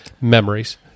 memories